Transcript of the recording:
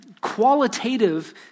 Qualitative